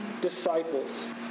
disciples